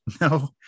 No